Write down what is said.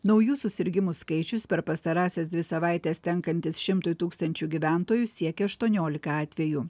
naujų susirgimų skaičius per pastarąsias dvi savaites tenkantis šimtui tūkstančių gyventojų siekia aštuoniolika atvejų